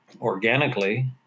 organically